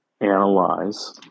analyze